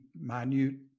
minute